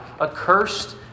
accursed